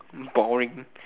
mm boring